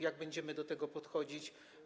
Jak będziemy do tego podchodzić?